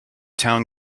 town